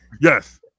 Yes